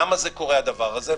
למה קורה הדבר הזה?